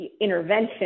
intervention